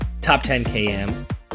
top10km